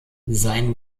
sein